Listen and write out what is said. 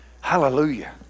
Hallelujah